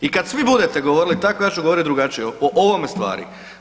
I kad svi budete govorili tako ja ću govoriti drugačije o ovome stvari.